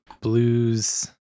blues